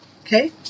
Okay